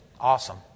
Awesome